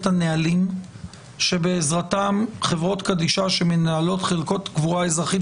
הנהלים שבעזרתם חברות קדישא שמנהלות חלקות קבורה אזרחית.